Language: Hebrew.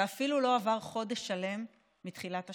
ואפילו לא עבר חודש שלם מתחילת השנה.